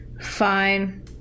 fine